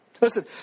Listen